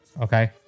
Okay